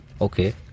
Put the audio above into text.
Okay